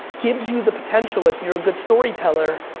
gives you the potential, if you're a good storyteller,